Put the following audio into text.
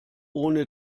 ohne